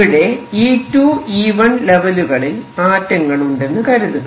ഇവിടെ E2 E1 ലെവലുകളിൽ ആറ്റങ്ങൾ ഉണ്ടെന്നു കരുതുക